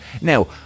Now